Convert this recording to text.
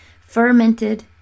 Fermented